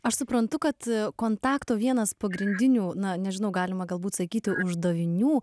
aš suprantu kad kontakto vienas pagrindinių na nežinau galima galbūt sakyti uždavinių